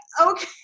okay